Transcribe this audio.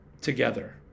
together